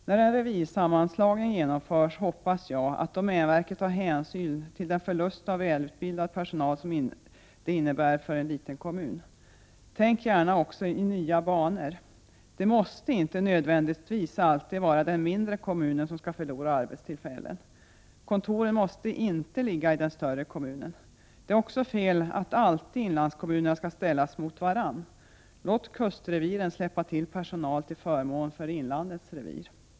När en revirsammanslagning genomförs hoppas jag att domänverket tar hänsyn till den förlust av välutbildad personal som det innebär för en liten kommun. Tänk också gärna i nya banor. Det måste inte nödvändigtvis alltid vara den mindre kommunen som skall förlora arbetstillfällen. Kontoren måste inte ligga i den större kommunen. Det är också fel att alltid inlandskommunerna skall ställas mot varandra. Låt kustreviren släppa till personal till förmån för inlandets revir.